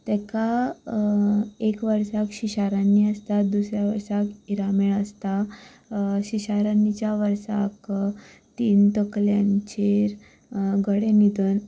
ताका एक वर्साक शिंशारांदनी आसता दुसऱ्या वर्सा हिरामेळ आसता शिशारान्नीच्या वर्साक तीन तकल्यांचेर गडे न्हिदोवन